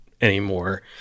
anymore